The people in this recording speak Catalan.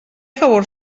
favor